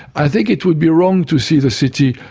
i think it would be wrong to see the city,